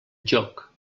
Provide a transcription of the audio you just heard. joc